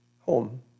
home